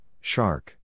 shark